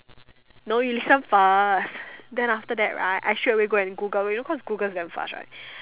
no you listen first then after that right I straight away go and Google you know cause Google is damn fast right